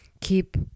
keep